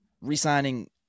re-signing